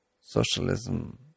socialism